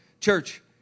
Church